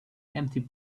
empty